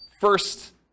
first